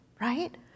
right